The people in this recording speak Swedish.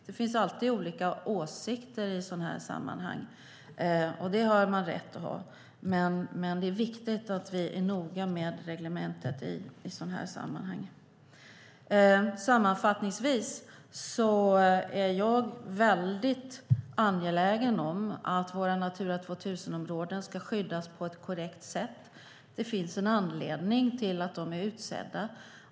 Det finns alltid olika åsikter i sådana här sammanhang. Det har man rätt att ha. Men det är viktigt att vi är noga med reglementet i dessa sammanhang. Sammanfattningsvis är jag väldigt angelägen om att våra Natura 2000-områden ska skyddas på ett korrekt sätt. Det finns en anledning till att de är utsedda.